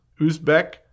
Uzbek